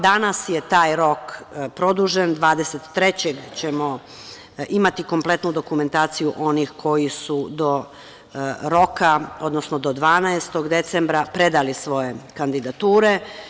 Danas je taj rok produžen, 23. ćemo imati kompletnu dokumentaciju onih koji su do roka, odnosno do 12. decembra predali svoje kandidature.